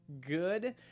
good